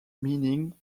meaning